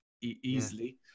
easily